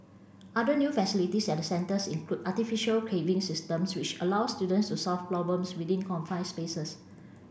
other new facilities at the centres include artificial caving systems which allow students to solve problems within confined spaces